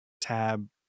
tab